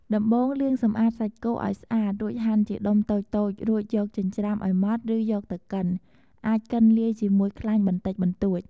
ដំបូង លាងសម្អាតសាច់គោឱ្យស្អាត រួចហាន់ជាដុំតូចៗ រួចយកចិញ្ច្រាំឱ្យម៉ដ្ឋ ឬយកទៅកិន អាចកិនលាយជាមួយខ្លាញ់បន្តិចបន្តួច។